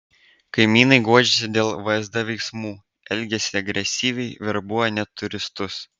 kaimynai guodžiasi dėl vsd veiksmų elgiasi agresyviai verbuoja net turistus